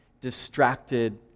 distracted